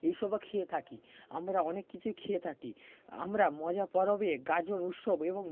এইসবও খেয়ে থাকি আমরা অনেক কিছুই খেয়ে থাকি আমরা মজা পরবে গাজন উৎসব এবং